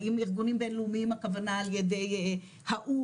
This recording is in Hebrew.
האם ארגונים בינלאומיים הכוונה על ידי האו"ם,